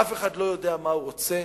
אף אחד לא יודע מה הוא רוצה.